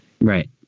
Right